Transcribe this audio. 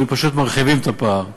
היינו פשוט מרחיבים את הפער,